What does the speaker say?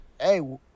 hey